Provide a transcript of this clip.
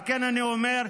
על כן, אני אומר: